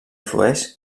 flueix